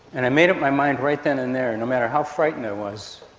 and i made up my mind right then and there, no matter how frightened i was,